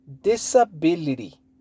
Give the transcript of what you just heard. Disability